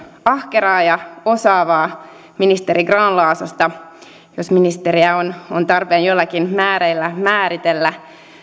ahkeraa ja osaavaa ministeri grahn laasosta jos ministeriä on on tarpeen jollakin määreellä määritellä